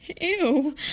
Ew